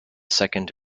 second